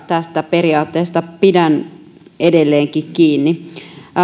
tästä periaatteesta pidän edelleenkin kiinni